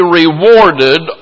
rewarded